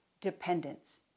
dependence